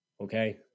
okay